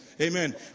Amen